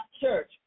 church